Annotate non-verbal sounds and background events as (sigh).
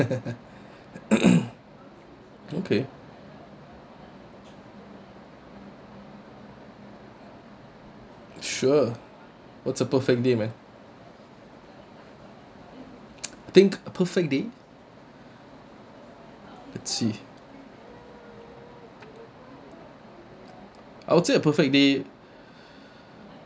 (laughs) (noise) okay sure what's a perfect day man I think a perfect day I see I'll say a perfect day